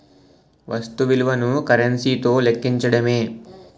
వస్తు విలువను కరెన్సీ తో లెక్కించడమే